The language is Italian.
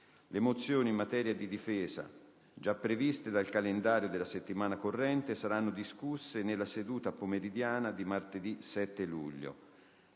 Le mozioni in materia di difesa, già previste dal calendario della settimana corrente, saranno discusse nella seduta pomeridiana di martedì 7 luglio.